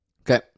Okay